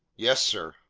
yes, sir.